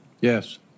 Yes